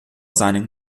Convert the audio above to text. seinen